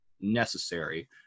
necessary